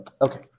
Okay